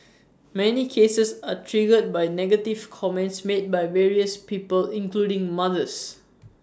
many cases are triggered by negative comments made by various people including mothers